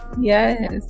yes